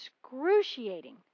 excruciating